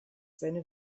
seine